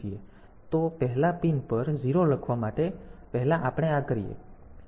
તો પહેલા પિન પર 0 લખવા માટે પહેલા આપણે આ કરીએ